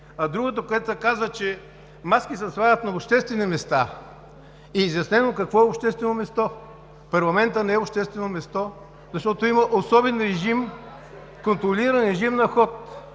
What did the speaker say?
Другото, което се казва, е, че маски се слагат на обществени места и е изяснено какво е „обществено място“. Парламентът не е обществено място, защото има особен режим, контролиран режим на вход.